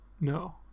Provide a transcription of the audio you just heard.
No